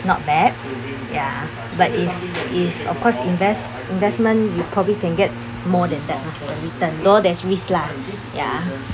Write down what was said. not bad ya but if if of course invest investment you probably can get more than than every term more there's risk lah ya